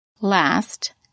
Last